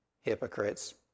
hypocrites